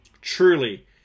Truly